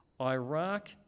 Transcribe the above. Iraq